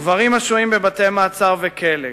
גברים השוהים בבתי-מעצר ובכלא,